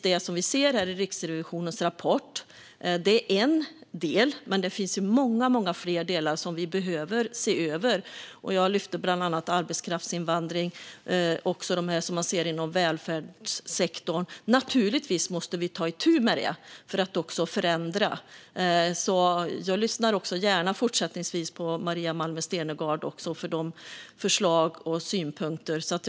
Det som vi ser i Riksrevisionens rapport är en del, men det finns många fler delar som vi behöver se över. Jag lyfte bland annat fram arbetskraftsinvandring och saker som man ser inom välfärdssektorn. Naturligtvis måste vi ta itu med det för att förändra. Jag lyssnar fortsättningsvis gärna på förslag och synpunkter från Maria Malmer Stenergard.